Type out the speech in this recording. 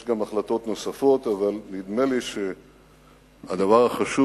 יש גם החלטות נוספות, אבל נדמה לי שהדבר החשוב,